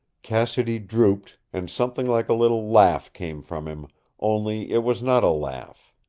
cassidy drooped, and something like a little laugh came from him only it was not a laugh.